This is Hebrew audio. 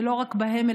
ולא רק בהם,